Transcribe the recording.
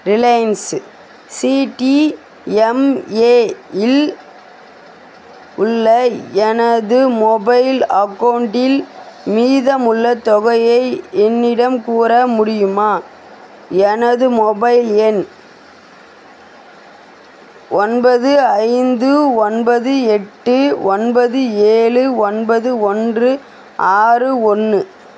Reliance CDMA இல் உள்ள எனது மொபைல் அக்கௌண்ட்டில் மீதம் உள்ள தொகையை என்னிடம் கூற முடியுமா எனது மொபைல் எண் ஒன்பது ஐந்து ஒன்பது எட்டு ஒன்பது ஏழு ஒன்பது ஒன்று ஆறு ஒன்று